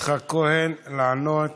יצחק כהן לענות